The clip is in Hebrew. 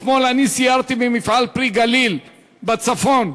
אתמול אני סיירתי במפעל "פרי הגליל" בצפון,